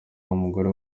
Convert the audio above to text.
umugore